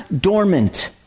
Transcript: dormant